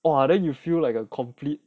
!wah! then you feel like a complete